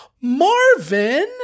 Marvin